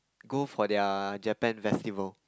go for their Japan festival